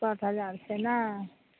पाँच हजार छै ने